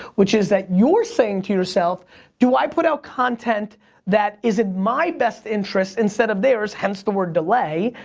which is that, you're saying to yourself do i put out content that is in my best interest instead of theirs, hence the word delay.